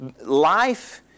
Life